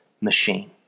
machine